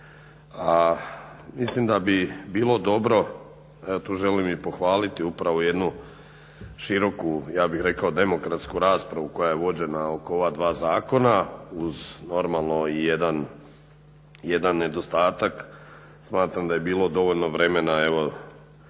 A mislim da bi bilo dobro, ja tu želim i pohvaliti upravo jednu široku ja bih rekao demokratsku raspravu koja je vođena oko ova dva zakona, uz normalno i jedan nedostatak. Smatram da je bilo dovoljno vremena i